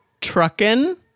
trucking